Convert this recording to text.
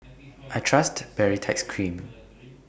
I Trust Baritex Cream